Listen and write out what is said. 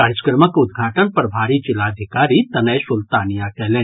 कार्यक्रमक उद्घाटन प्रभारी जिलाधिकारी तनय सुल्तानिया कयलनि